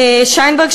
שיינברג,